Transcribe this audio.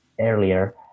earlier